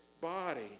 body